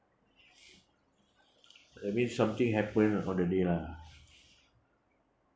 that means something happen on the day lah